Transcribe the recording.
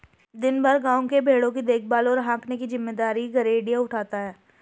दिन भर गाँव के भेंड़ों की देखभाल और हाँकने की जिम्मेदारी गरेड़िया उठाता है